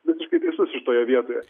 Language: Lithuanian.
visiškai teisus šitoje vietoje